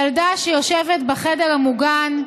ילדה שיושבת בחדר המוגן,